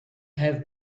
have